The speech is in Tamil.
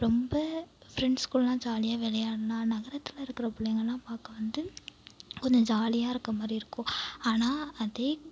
ரொம்ப ஃப்ரெண்ட்ஸ்கூடலாம் ஜாலியாக விளையாடலாம் நகரத்தில் இருக்கிற பிள்ளைங்கள்லாம் பார்க்க வந்து கொஞ்சம் ஜாலியாக இருக்கமாதிரி இருக்கும் ஆனால் அதே